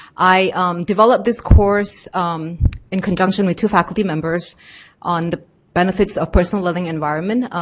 i developed this course in conjunction with two faculty members on the benefits of personal living environment.